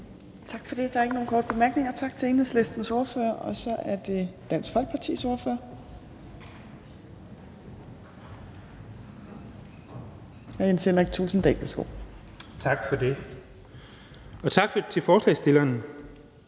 Tak for det. Der er ikke nogen korte bemærkninger. Tak til Enhedslistens ordfører. Så er det Dansk Folkepartis ordfører, hr. Jens Henrik Thulesen